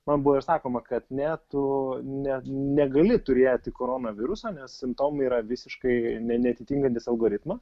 man buvo ir sakoma kad ne tu ne negali turėti koronaviruso simptomai yra visiškai ne neatitinkantys algoritmą